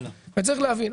צריך להבין,